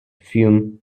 film